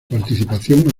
participación